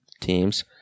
teams